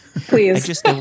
Please